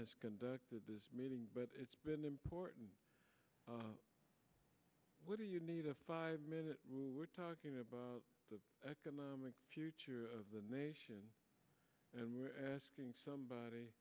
has conducted this meeting but it's been important what do you need a five minute we're talking about the economic future of the nation and we're asking somebody